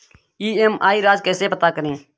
EMI राशि कैसे पता करें?